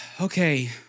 Okay